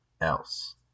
else